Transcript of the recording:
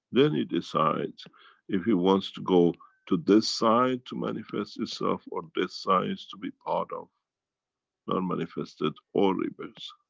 then it decides if he wants to go to this side to manifest itself or this sides to be part of non manifested or reverse.